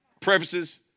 prefaces